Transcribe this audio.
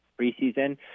preseason